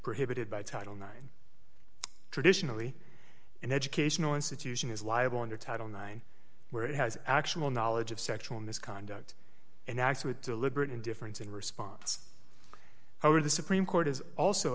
prohibited by title nine traditionally an educational institution is liable under title nine where it has actual knowledge of sexual misconduct and acts with deliberate indifference in response however the supreme court has also